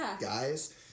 guys